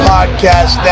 Podcast